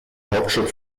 hauptstadt